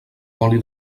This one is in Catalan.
oli